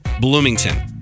Bloomington